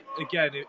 again